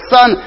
Son